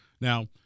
Now